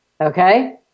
Okay